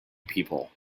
people